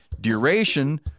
duration